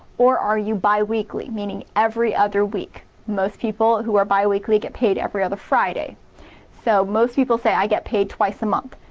or, are you bi-weekly, meaning every other week most people who are bi-weekly get paid every other friday so most people say, i get paid twice a month.